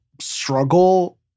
struggle